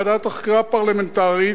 ועדת החקירה הפרלמנטרית,